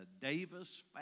Davis